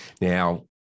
Now